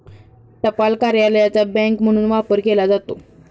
टपाल कार्यालयाचा बँक म्हणून वापर केला जातो